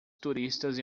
turistas